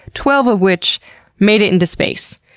twelve of which made it into space.